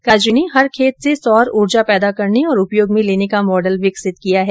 काजरी ने हर खेत से सौर ऊर्जा पैदा करने और उपयोग में लेने का मॉडल विकसित किया है